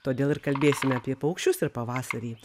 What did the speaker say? todėl ir kalbėsime apie paukščius ir pavasarį